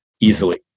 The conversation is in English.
easily